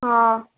हँ